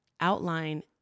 outline